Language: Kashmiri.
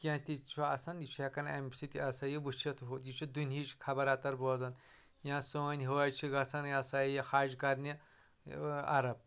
کینٛہہ تہِ چھُ آسان یہِ چھُ ہٮ۪کان امہِ سۭتۍ یہِ ہسا یہِ وُچھِتھ ہُہ یہِ چھُ دُنیہِچ خبر اتر بوزان یا سٲنۍ حٲج چھِ گژھان یہِ ہسا یہِ حج کرنہِ عرب